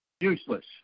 Useless